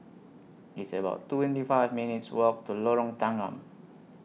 It's about twenty five minutes' Walk to Lorong Tanggam